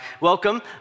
Welcome